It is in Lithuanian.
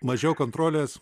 mažiau kontrolės